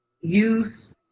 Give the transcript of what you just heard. use